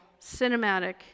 cinematic